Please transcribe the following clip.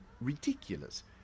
ridiculous